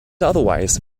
otherwise